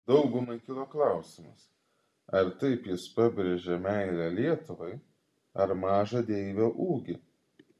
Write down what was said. daugumai kilo klausimas ar taip jis pabrėžė meilę lietuvai ar mažą deivio ūgį